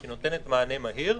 ושהיא נותנת מענה מהיר,